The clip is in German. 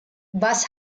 was